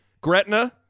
Gretna